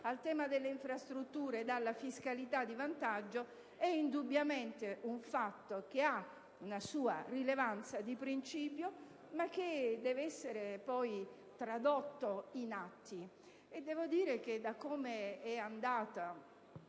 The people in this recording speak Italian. sul tema delle infrastrutture e della fiscalità di vantaggio è indubbiamente un fatto che ha una sua rilevanza di principio, ma che deve essere tradotto in atti. L'andamento di questa seduta